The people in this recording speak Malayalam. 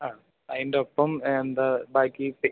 ആ അതിന്റൊപ്പം എന്താ ബാക്കി ചെയ്